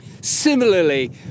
similarly